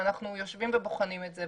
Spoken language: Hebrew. ואנחנו יושבים ובוחנים את זה.